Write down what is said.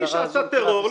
מי שעשה טרור,